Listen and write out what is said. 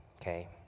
Okay